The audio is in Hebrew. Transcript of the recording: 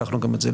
לקחנו גם את זה.